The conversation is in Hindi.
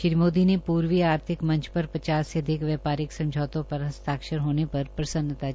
श्री मोदी ने पूर्वी आर्थिक मंच पर पचास से अधिक व्यापरिक समझौतों पर हस्ताक्षर होने पर प्रसन्नता जताई